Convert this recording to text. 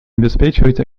обеспечивать